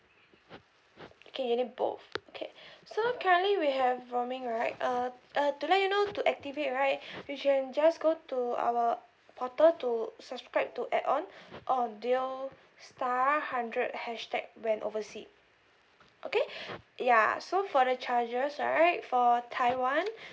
okay you need both okay so currently we have roaming right uh uh to let you know to activate right you can just go to our portal to subscribe to add on or dial star hundred hashtag when oversea okay ya so for the charges right for taiwan